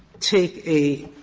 take a